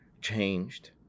changed